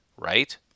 right